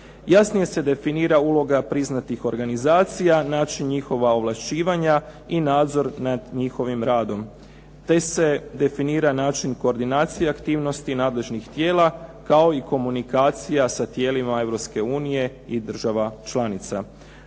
Jasnije se definira uloga priznatih organizacija, način njihova ovlašćivanja i nadzor nad njihovim radom, te se definira način koordinacije aktivnosti nadležnih tijela, kao i komunikacija sa tijelima Europske unije i država članica.